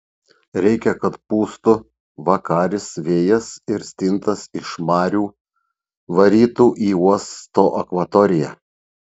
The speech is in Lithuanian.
reikia kad pūstų vakaris vėjas ir stintas iš marių varytų į uosto akvatoriją